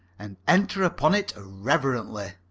and enter upon it reverently.